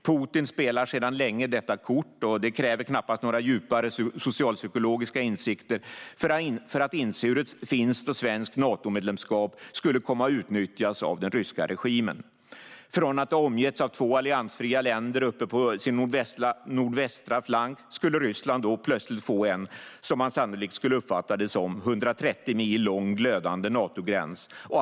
Putin spelar sedan länge detta kort, och det kräver knappast några djupare socialpsykologiska insikter att inse hur ett finskt och svenskt Natomedlemskap skulle komma att utnyttjas av den ryska regimen. Från att ha omgetts av två alliansfria länder uppe på sin nordvästra flank skulle Ryssland då plötsligt få en - som man sannolikt skulle uppfatta det - 130 mil lång glödande Natogräns.